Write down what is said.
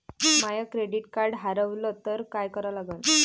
माय credit card हारवलं तर काय करा लागन?